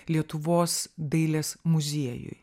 lietuvos dailės muziejui